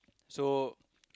so